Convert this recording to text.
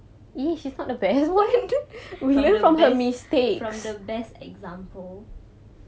what from the best from the best example